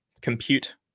compute